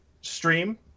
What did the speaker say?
stream